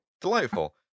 Delightful